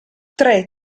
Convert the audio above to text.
tre